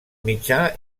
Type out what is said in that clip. mitjà